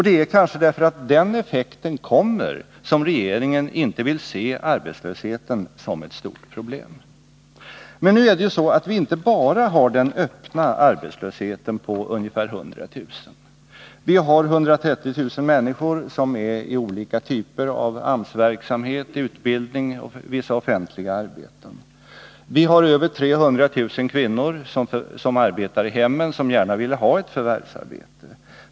Det är kanske därför att den effekten kommer som regeringen inte vill se arbetslösheten som ett stort problem. Men vi har ju inte bara den öppna arbetslösheten på ungefär 100 000 arbetslösa. Vi har 130 000 människor som är i olika typer av AMS-verksamhet, utbildning och vissa offentliga arbeten. Vi har över 300 000 kvinnor, som arbetar i hemmen och som gärna vill ha förvärvsarbete.